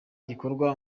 gikorwa